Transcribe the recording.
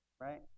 Right